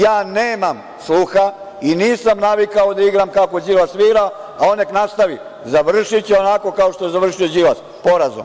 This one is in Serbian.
Ja nemam sluha i nisam navikao da igram kako Đilas svira, a on neka nastavi, završiće onako kao što je završio Đilas – porazom.